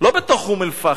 לא בתוך אום-אל-פחם,